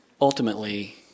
ultimately